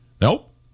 Nope